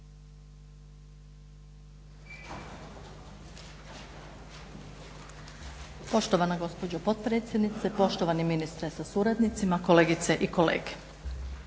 Zahvaljujem potpredsjedniče, poštovani ministre sa suradnicima, kolegice i kolege.